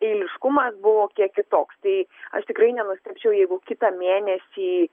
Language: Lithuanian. eiliškumas buvo kiek kitoks tai aš tikrai nenustebčiau jeigu kitą mėnesį